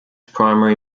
primary